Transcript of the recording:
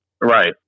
Right